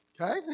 Okay